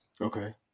Okay